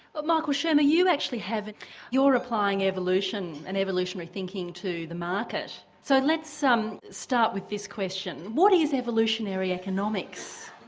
but michael shermer you actually have you are applying evolution and evolutionary thinking to the market, so let's start with this question what is evolutionary economics?